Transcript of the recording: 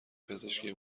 پزشکی